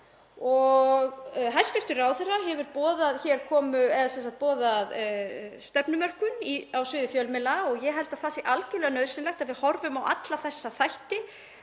Hæstv. ráðherra hefur boðað stefnumörkun á sviði fjölmiðla og ég held að það sé algerlega nauðsynlegt að við horfum á alla þessa þætti